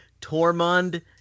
Tormund